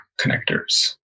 connectors